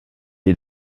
est